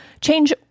change